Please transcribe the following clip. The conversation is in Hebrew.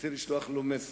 רוצה לשלוח לו מסר: